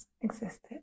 existed